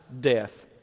death